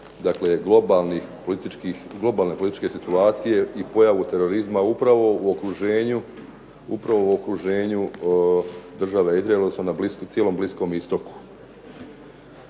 globalne političke situacije i pojavu terorizma upravo u okruženju Države Izrael odnosno cijelom Bliskom Istoku.